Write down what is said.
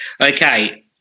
Okay